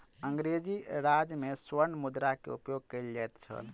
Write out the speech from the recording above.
अंग्रेजी राज में स्वर्ण मुद्रा के उपयोग कयल जाइत छल